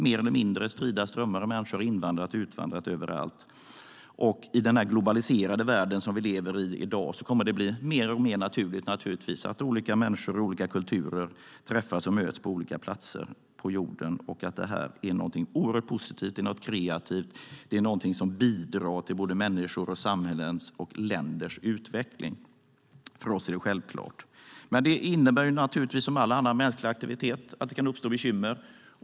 Mer eller mindre strida strömmar av människor har invandrat och utvandrat överallt. I den globaliserade värld vi i dag lever i kommer det självklart att bli mer och mer naturligt att olika människor ur olika kulturer träffas och möts på olika platser på jorden. Detta är någonting oerhört positivt och kreativt som bidrar till människors, samhällens och länders utveckling. För oss är det självklart. Men naturligtvis kan det uppstå bekymmer, som vid alla andra mänskliga aktiviteter.